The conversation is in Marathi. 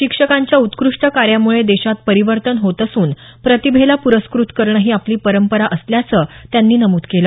शिक्षकांच्या उत्कृष्ट कार्यामुळे देशात परिवर्तन होत असून प्रतिभेला पुरस्कृत करणं ही आपली परंपरा असल्याचं त्यांनी नमूद केलं